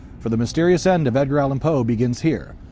for the mysterious end of edgar allan poe begins here,